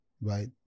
right